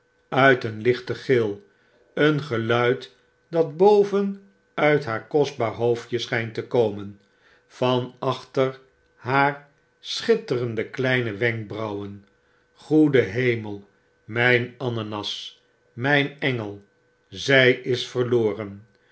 uit een hchten gil een geluid dat boven uit haar kostbaar hoofdje schflnt te komen van achter haar schitterende kleine wenkbrauwen goede hemel myn ananas mfin engel zjj is verloren